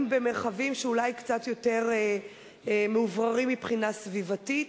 במרחבים שהם אולי קצת יותר מאווררים מבחינה סביבתית.